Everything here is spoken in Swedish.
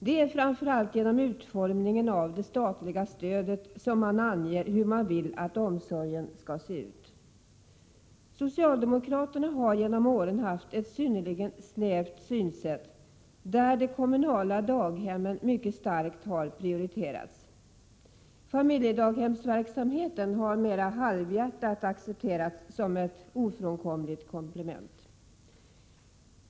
Det är framför allt genom utformningen av det statliga stödet som man anger hur man vill att omsorgen skall se ut. Socialdemokraterna har genom åren haft ett synnerligen snävt synsätt där de kommunala daghemmen mycket starkt har prioriterats. Familjedaghemsverksamheten har mera halvhjärtat accepterats som ett ofrånkomligt komplement.